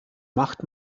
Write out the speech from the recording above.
macht